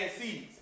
seeds